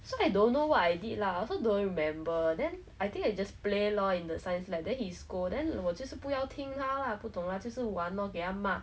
so I don't know what I did lah I also don't remember then I think I just play loh in the science lab then he scold then 我就是不要听他 lah 不懂 lah 就是玩 loh 给他骂